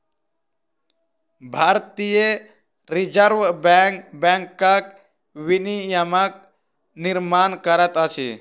भारतीय reserve bank बैंकक विनियमक निर्माण करैत अछि